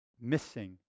missing